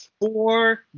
four